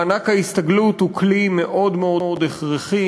מענק ההסתגלות הוא כלי מאוד הכרחי,